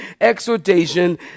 exhortation